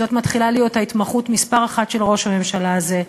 זאת מתחילה להיות ההתמחות מספר אחת של ראש הממשלה הזה,